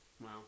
Wow